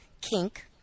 kink